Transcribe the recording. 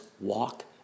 walk